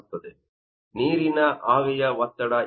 ಆದ್ದರಿಂದ ನೀರಿನ ಆವಿಯ ಒತ್ತಡ ಏನು